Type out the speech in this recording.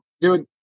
Dude